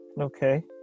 okay